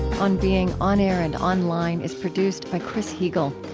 on being on-air and online is produced by chris heagle.